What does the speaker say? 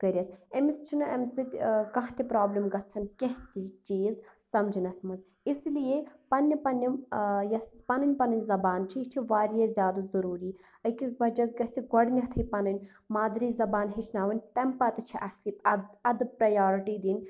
کٔرِتھ أمس چھَنہٕ اَمہِ سۭتۍ ٲں کانٛہہ تہِ پرٛابلم گَژھان کیٚنٛہہ تہِ چیٖز سمجھنَس مَنٛز اسی لیے پَننہِ پَننہِ ٲں یۄس پنٕنۍ پنٕنۍ زبان چھِ یہِ چھِ واریاہ زیادٕ ضروٗری أکِس بَچَس گَژھہِ گۄڈٕنیٚتھے پَنٕنۍ مادری زبان ہیٚچھناوٕنۍ تَمہِ پَتہٕ چھِ اصلی اَدٕ پرَیارٹی دِنۍ